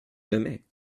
jamais